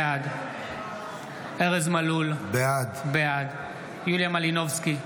בעד ארז מלול, בעד יוליה מלינובסקי,